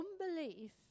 Unbelief